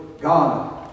God